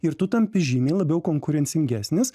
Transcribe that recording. ir tu tampi žymiai labiau konkurencingesnis